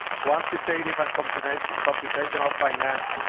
quantitative and computational computational finance,